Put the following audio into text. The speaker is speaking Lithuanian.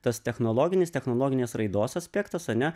tas technologinis technologinės raidos aspektas ane